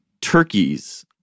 turkeys